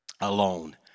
alone